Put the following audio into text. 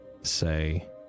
say